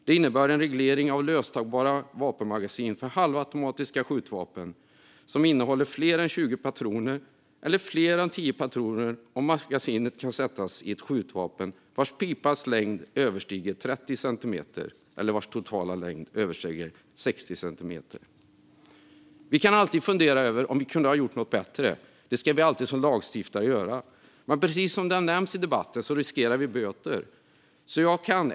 Det innebär en reglering av löstagbara vapenmagasin för halvautomatiska skjutvapen som innehåller fler än 20 patroner eller fler än 10 patroner om magasinet kan sättas in i ett skjutvapen vars pipas längd överstiger 30 centimeter eller vars totala längd överstiger 60 centimeter. Vi kan alltid fundera över om vi kunde ha gjort något bättre. Det ska vi lagstiftare alltid göra. Men precis som har nämnts i debatten riskerar vi böter.